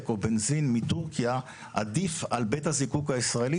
או בנזין מטורקיה עדיף על בית הזיקוק הישראלי,